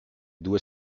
due